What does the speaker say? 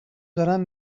دارم